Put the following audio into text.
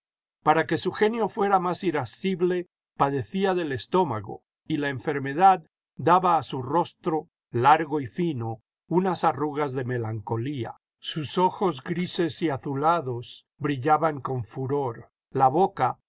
para que su genio fuera más irascible padecía del estómago y la enfermedad daba a su rostro largo y ñno unas arrugas de melancolía sus ojos grises y azulados brillaban con furor la boca